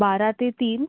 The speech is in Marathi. बारा ते तीन